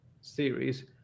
series